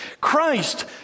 Christ